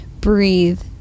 Breathe